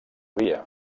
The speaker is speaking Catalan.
via